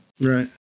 Right